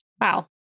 Wow